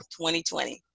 2020